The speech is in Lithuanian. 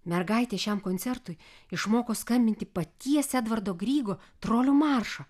mergaitė šiam koncertui išmoko skambinti paties edvardo grygo trolių maršą